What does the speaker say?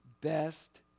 best